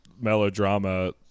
melodrama